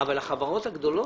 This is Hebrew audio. אבל החברות הגדולות,